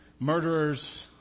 murderers